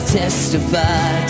testify